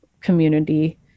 community